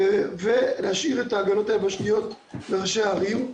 והשאירו את ההגנות היבשתיות לראשי הערים.